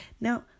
Now